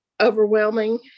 overwhelming